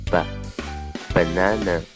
Banana